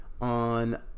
on